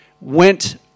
went